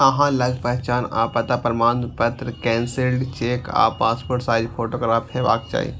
अहां लग पहचान आ पता प्रमाणपत्र, कैंसिल्ड चेक आ पासपोर्ट साइज फोटोग्राफ हेबाक चाही